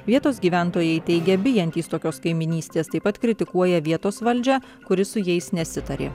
vietos gyventojai teigia bijantys tokios kaimynystės taip pat kritikuoja vietos valdžią kuri su jais nesitarė